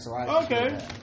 Okay